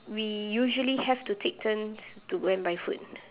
we usually have to take turns to go and buy food